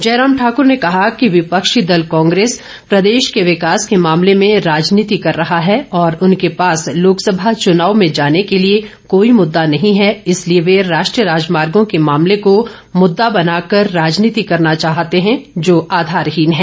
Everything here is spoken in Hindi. जयराम ठाकर ने कहा कि विपक्षी दल कांग्रेस प्रदेश के विकास के मामले में राजनीति कर रहा है और उनके पास लोकसभा चुनाव में जाने के लिए कोई मुद्दा नहीं है इसलिए वे राष्ट्रीय राजमार्गों के मामले को मुद्दा बनाकर राजनीति करना चाहते है जो कि आधारहीन है